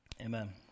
Amen